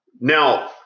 Now